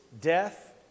death